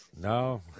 No